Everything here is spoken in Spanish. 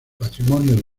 matrimonio